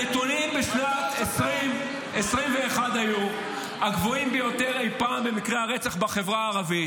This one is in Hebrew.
הנתונים בשנת 2021 היו הגבוהים ביותר אי פעם במקרי הרצח בחברה הערבית,